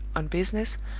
on business,